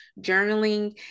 journaling